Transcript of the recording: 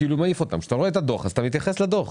כשאתה רואה את הדוח, אתה מתייחס לדוח.